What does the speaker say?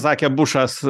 sakė bušas